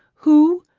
who,